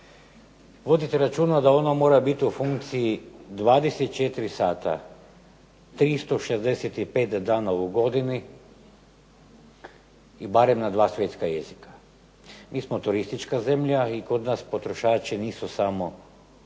vodite računa da ono mora biti u funkciji 24 sata, 365 dana u godini i barem na 2 svjetska jezika. Mi smo turistička zemlja i kod nas potrošači nisu samo stanovnici